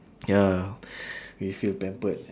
ya we feel pampered